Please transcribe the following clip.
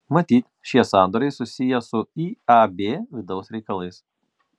matyt šie sandoriai susiję su iab vidaus reikalais